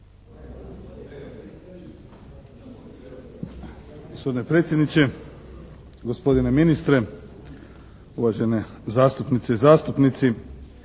Gospodine predsjedniče, gospodine ministre, uvažene zastupnice i zastupnici